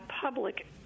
public